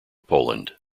poland